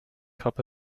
cup